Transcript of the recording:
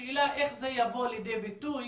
השאלה איך זה יבוא לידי ביטוי